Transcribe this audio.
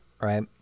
right